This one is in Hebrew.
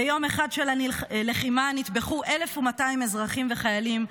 ביום אחד של לחימה נטבחו 1,200 אזרחים וחיילים,